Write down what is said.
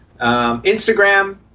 Instagram